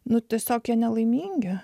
nu tiesiog jie nelaimingi